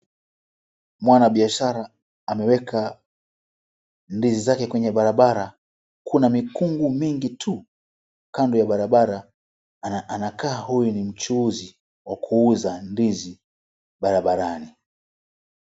Mwanabiashara ameweka ndizi zake kwenye barabara, kuna mikungu mingi tu kando ya barabara anakaa huyu ni mchuuzi wa kuuza ndizi barabarani.